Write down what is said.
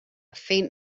faint